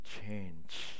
change